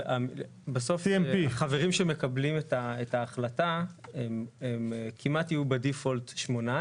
אבל החברים שמקבלים את ההחלטה הם כמעט יהיו ב-default שמונה.